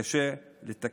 קשה לתקן,